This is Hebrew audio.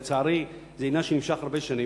לצערי, זה עניין שנמשך הרבה שנים.